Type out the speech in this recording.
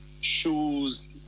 shoes